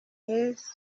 his